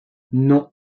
non